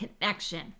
connection